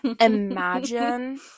Imagine